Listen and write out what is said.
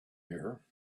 here